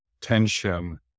tension